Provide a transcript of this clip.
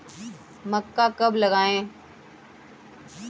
मक्का कब लगाएँ?